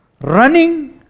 Running